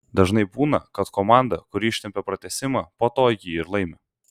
dažnai būna kad komanda kuri ištempią pratęsimą po to jį ir laimi